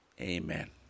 Amen